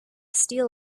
steel